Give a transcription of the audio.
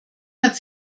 hat